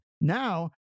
Now